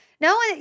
no